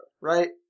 right